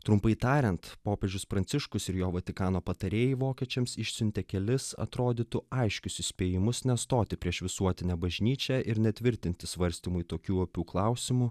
trumpai tariant popiežius pranciškus ir jo vatikano patarėjai vokiečiams išsiuntė kelis atrodytų aiškius įspėjimus nestoti prieš visuotinę bažnyčią ir netvirtinti svarstymui tokių opių klausimų